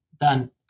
done